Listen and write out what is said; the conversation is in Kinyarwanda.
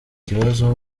ikibazo